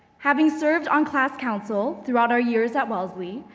having served on class council throughout our years at wellesley,